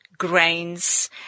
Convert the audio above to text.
Grains